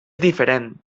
diferent